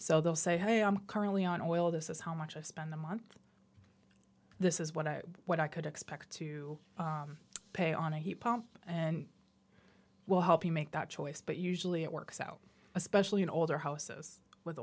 so they'll say hey i'm currently on oil this is how much i spend a month this is what i what i could expect to pay on a heat pump and we'll help you make that choice but usually it works out especially in older houses with